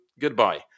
Goodbye